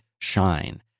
shine